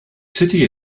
city